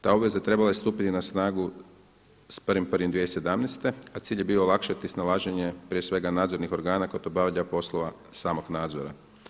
Ta obveza trebala je stupiti na snagu s 1.1.2017., a cilj je bio olakšati snalaženje prije svega nadzornih organa kod obavljanja poslova samog nadzora.